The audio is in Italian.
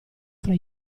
fra